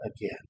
again